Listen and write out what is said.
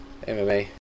MMA